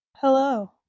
Hello